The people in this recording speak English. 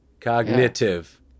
cognitive